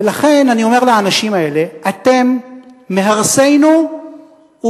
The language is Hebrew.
ולכן אני אומר לאנשים האלה: אתם מהרסינו ומחריבינו,